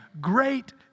great